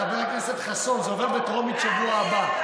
חבר הכנסת חסון, זה עובר בטרומית בשבוע הבא.